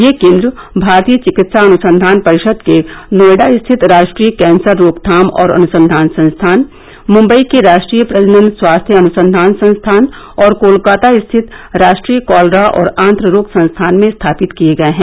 ये केन्द्र भारतीय चिकित्सा अनुसंघान परिषद के नोएडा स्थित राष्ट्रीय कैंसर रोकथाम और अनुसंघान संस्थान मुंबई के राष्ट्रीय प्रजनन स्वास्थ्य अनुसंघान संस्थान और कोलकाता स्थित राष्ट्रीय कॉलरा और आंत्ररोग संस्थान में स्थापित किये गए हैं